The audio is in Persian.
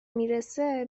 میرسه